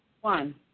one